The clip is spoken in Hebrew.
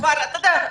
אתה יודע,